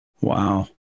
Wow